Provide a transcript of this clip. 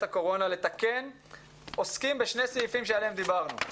הקורונה לתקן עוסקים בשני סעיפים עליהם דיברנו.